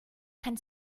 kann